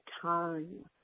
time